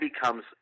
becomes